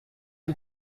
two